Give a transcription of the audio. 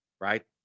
right